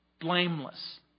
blameless